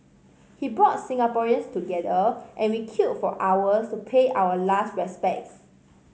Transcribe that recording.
he brought Singaporeans together and we queued for hours to pay our last respects